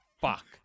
fuck